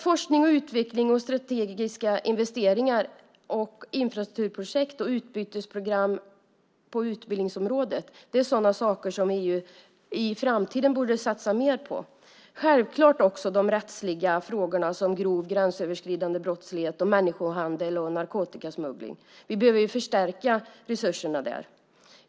Forskning, utveckling, strategiska investeringar, infrastrukturprojekt och utbytesprogram på utbildningsområdet är sådana saker som EU i framtiden borde satsa mer på, liksom självklart också på de rättsliga frågorna som grov gränsöverskridande brottslighet, människohandel och narkotikasmuggling. Vi behöver förstärka resurserna där.